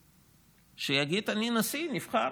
שיגיד: אני נשיא נבחר,